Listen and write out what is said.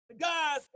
Guys